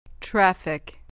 Traffic